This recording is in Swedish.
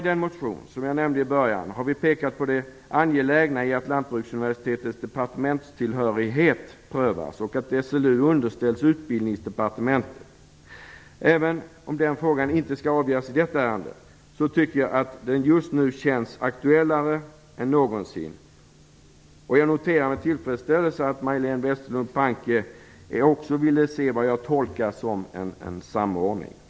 I den motion som jag nämnde i början har vi pekat på det angelägna i att Lantbruksuniversitetets departementstillhörighet prövas och att SLU underställs Utbildningsdepartementet. Även om den frågan inte skall avgöras i samband med detta ärende tycker jag att den just nu känns aktuellare än någonsin. Jag noterar med tillfredsställelse att Majléne Westerlund Panke också vill se vad jag tolkar som en samordning.